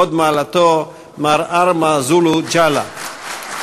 הוד מעלתו מר ארמה זולו ג'אלה.